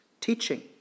teaching